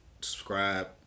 subscribe